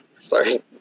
sorry